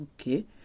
Okay